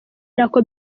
nako